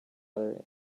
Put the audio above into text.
other